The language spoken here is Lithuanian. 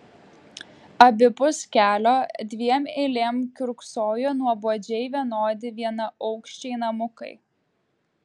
abipus kelio dviem eilėm kiurksojo nuobodžiai vienodi vienaaukščiai namukai